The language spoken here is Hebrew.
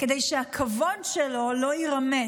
כדי שהכבוד שלו לא יירמס.